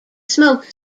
smoke